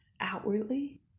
outwardly